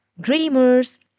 Dreamers